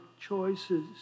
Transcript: choices